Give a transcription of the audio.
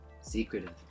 Secretive